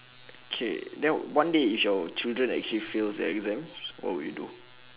okay then one day if your children actually fails their exams what will you do